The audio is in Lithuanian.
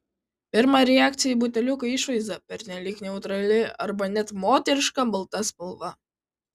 pirma reakcija į buteliuko išvaizdą pernelyg neutrali arba net moteriška balta spalva